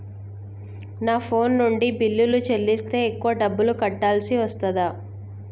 నా ఫోన్ నుండి బిల్లులు చెల్లిస్తే ఎక్కువ డబ్బులు కట్టాల్సి వస్తదా?